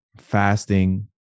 fasting